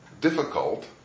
difficult